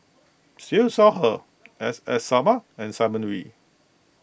Siew Shaw Her S S Sarma and Simon Wee